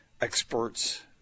experts